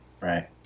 Right